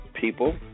people